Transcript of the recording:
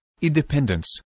independence